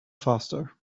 faster